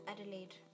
Adelaide